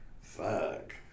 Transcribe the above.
Fuck